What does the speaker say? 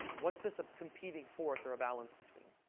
what's this a competing force or a balance between?